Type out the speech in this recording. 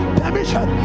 permission